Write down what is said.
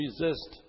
resist